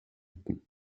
eaton